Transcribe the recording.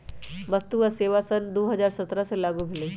वस्तु आ सेवा कर सन दू हज़ार सत्रह से लागू भेलई